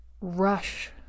rush